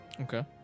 Okay